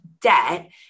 debt